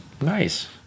nice